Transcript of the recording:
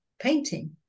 painting